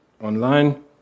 online